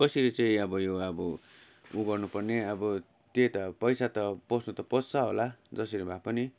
कसरी चाहिँ अब यो अब उ गर्नुपर्ने अब त्यही त पैसा त पस्नु त पस्छ होला जसरी भए पनि